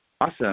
Awesome